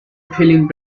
feeling